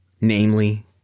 namely